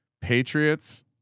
Patriots